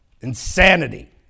Insanity